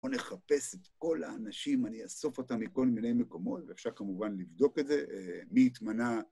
הוא נחפש את כל האנשים, אני אאסוף אותם מכל מיני מקומות ועכשיו כמובן לבדוק את זה מי התמנה